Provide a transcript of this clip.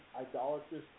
idolatrous